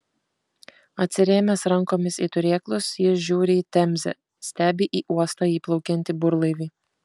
atsirėmęs rankomis į turėklus jis žiūri į temzę stebi į uostą įplaukiantį burlaivį